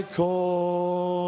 call